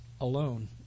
alone